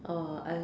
oh I